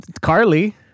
Carly